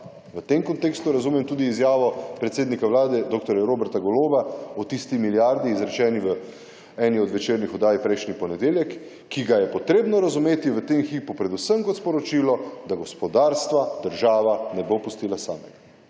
V tem kontekstu razumem tudi izjavo predsednika Vlade dr. Roberta Goloba o tisti milijardi izrečeni v eni od večernih oddaj prejšnji ponedeljek, ki ga je potrebno razumeti v tem hipu predvsem kot sporočilo, da **62. TRAK: (SC) – 15.05**